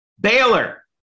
Baylor